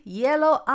yellow